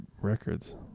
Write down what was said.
records